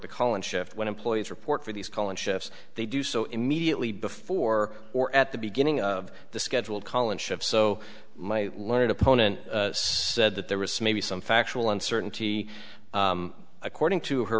the call and shift when employees report for these call in shifts they do so immediately before or at the beginning of the scheduled call in shifts so my learned opponent said that there was maybe some factual uncertainty according to her